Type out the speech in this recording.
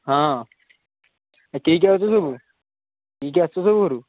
ହଁ କିଏ କିଏ ଆସୁଛ ସବୁ କିଏ ଆସୁଛ ସବୁ ଘରୁ